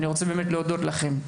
אני רוצה להודות לכם,